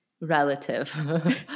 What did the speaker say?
relative